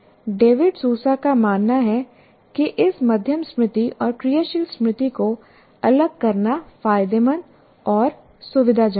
David Sousa का मानना है कि इन मध्यम स्मृति और क्रियाशील स्मृति को अलग करना फायदेमंद और सुविधाजनक है